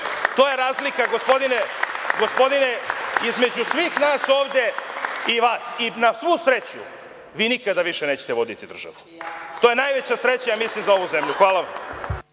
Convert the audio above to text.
To je razlika, gospodine, između svih nas ovde i vas. Na svu sreću, vi nikada više nećete voditi državu. To je najveća sreća za ovu državu. Hvala vam.